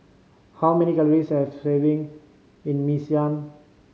how many calories does serving in Mee Siam